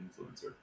influencer